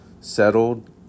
settled